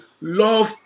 Love